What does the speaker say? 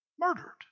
murdered